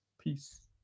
peace